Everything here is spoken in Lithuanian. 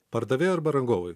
pardavėjui arba rangovui